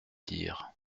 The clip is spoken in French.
dire